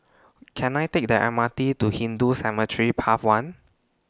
Can I Take The M R T to Hindu Cemetery Path one